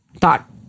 thought